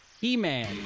He-Man